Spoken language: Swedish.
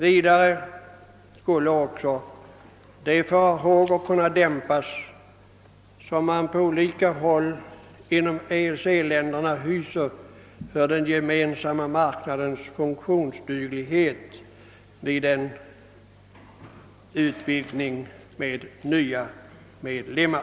Vidare skulle också de farhågor kunna dämpas, som man på olika håll inom EEC-länderna hyser för den Gemensamma marknadens funktionsduglighet vid en utvidgning med nya medlemmar.